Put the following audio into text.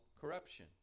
corruption